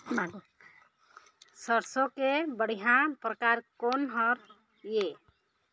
सरसों के बढ़िया परकार कोन हर ये?